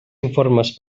informes